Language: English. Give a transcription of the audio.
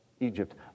Egypt